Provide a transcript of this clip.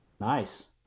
Nice